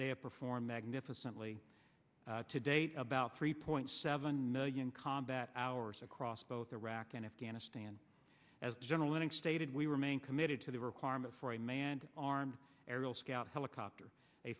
have performed magnificently to date about three point seven million combat hours across both iraq and afghanistan as general linux stated we remain committed to the requirement for a manned armed aerial scout helicopter a